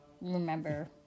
remember